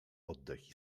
oddech